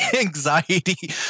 anxiety